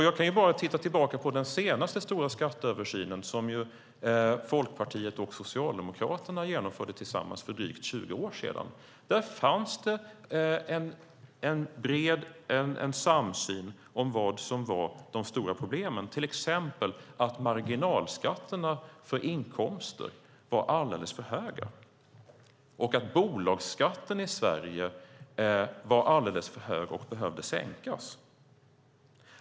Jag kan titta tillbaka på den senaste stora skatteöversynen som Folkpartiet och Socialdemokraterna genomförde tillsammans för drygt 20 år sedan. Där fanns det en samsyn om vilka de stora problemen var, till exempel att marginalskatterna på inkomster var alldeles för höga och att bolagsskatten i Sverige var alldeles för hög och behövde sänkas.